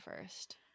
first